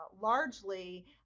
largely